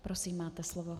Prosím, máte slovo.